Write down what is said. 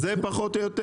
זה הסיפור, פחות או יותר.